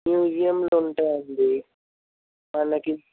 మ్యూజియంలు ఉంటాయి అండి మనకి